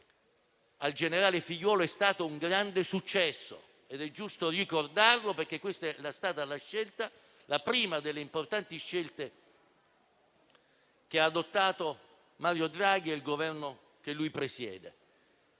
al generale Figliuolo è stato un grande successo ed è giusto ricordarlo, perché questa è stata la prima delle importanti scelte che hanno adottato Mario Draghi e il Governo che egli presiede.